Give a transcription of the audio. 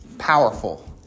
powerful